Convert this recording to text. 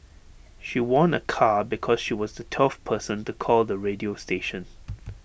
she won A car because she was the twelfth person to call the radio station